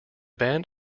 band